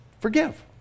forgive